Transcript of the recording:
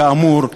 כאמור,